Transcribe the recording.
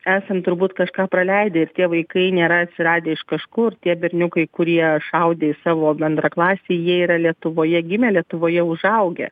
esam turbūt kažką praleidę ir tie vaikai nėra atsiradę iš kažkur tie berniukai kurie šaudė į savo bendraklasį jie yra lietuvoje gimę lietuvoje užaugę